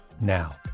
now